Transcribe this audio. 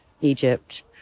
Egypt